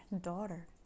daughter